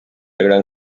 gran